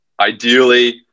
Ideally